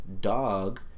dog